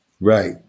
Right